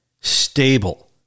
stable